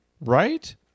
Right